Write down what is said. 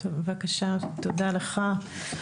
תודה לך.